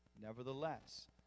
Nevertheless